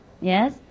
Yes